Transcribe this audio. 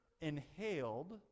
inhaled